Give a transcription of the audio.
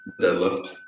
deadlift